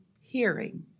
Hearing